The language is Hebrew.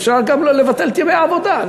אפשר גם לבטל את ימי העבודה,